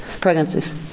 pregnancies